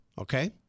okay